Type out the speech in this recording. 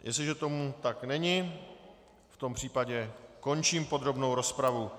Jestliže tomu tak není, v tom případě končím podrobnou rozpravu.